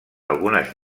algunes